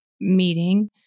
meeting